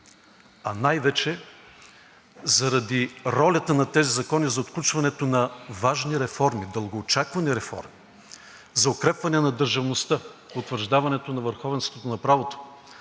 а най-вече заради ролята на тези закони за отключването на важни реформи, дългоочаквани реформи за укрепването на държавността, утвърждаването на върховенството на правото,